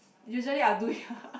usually I'll do here